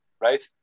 right